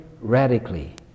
radically